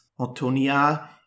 Antonia